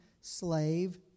slave